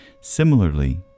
Similarly